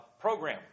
program